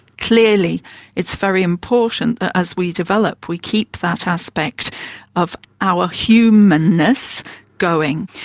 clearly it's very important that as we develop we keep that aspect of our humanness going.